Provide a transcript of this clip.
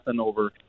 over –